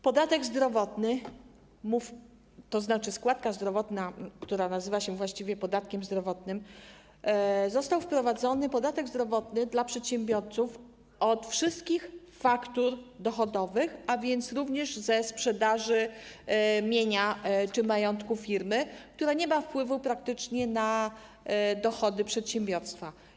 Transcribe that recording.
Podatek zdrowotny, tzn. składka zdrowotna, która nazywa się właściwie podatkiem zdrowotnym, został wprowadzony - podatek zdrowotny dla przedsiębiorców - od wszystkich faktur dochodowych, a więc również od sprzedaży mienia czy majątku firmy, co nie ma wpływu praktycznie na dochody przedsiębiorstwa.